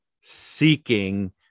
seeking